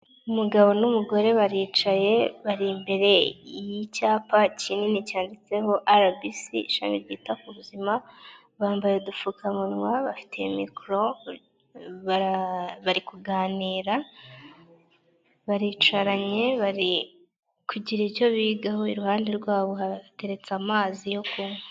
Umugabo n'umugore baricaye bari imbere y'icyapa kinini cyanditseho arabisi ishami ryita ku buzima, bambaye udupfukamunwa bafite mikoro bari kuganira, baricaranye bari kugira icyo bigaho, iruhande rwabo hateretse amazi yo kunywa.